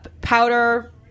powder